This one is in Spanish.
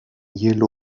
hielo